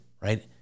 right